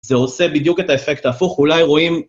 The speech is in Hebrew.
זה עושה בדיוק את האפקט ההפוך, אולי רואים...